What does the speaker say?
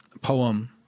poem